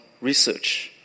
research